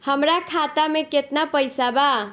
हमरा खाता में केतना पइसा बा?